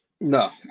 no